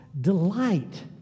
delight